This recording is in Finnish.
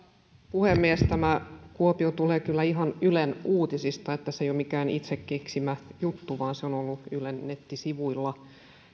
puhemies tämä kuopio tulee kyllä ihan ylen uutisista että se ei ole mikään itse keksimäni juttu vaan se on on ollut ylen nettisivuilla